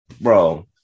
Bro